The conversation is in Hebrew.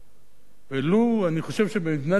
ולו, אני חושב שבמדינה דמוקרטית